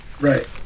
Right